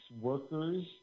workers